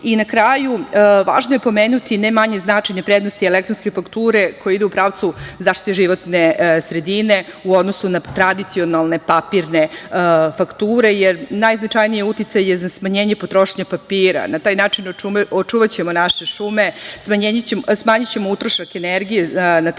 na kraju važno je pomenuti, ne manje značajne prednosti elektronske fakture, koji ide u pravcu zaštite životne sredine u odnosu na tradicionalne papirne fakture, jer najznačajniji uticaj je za smanjenje potrošnje papira, i na taj način očuvaćemo naše šume, smanjićemo utrošak energije na transport,